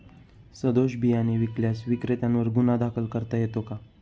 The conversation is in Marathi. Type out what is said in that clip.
सदोष बियाणे विकल्यास विक्रेत्यांवर गुन्हा दाखल करता येतो का?